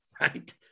right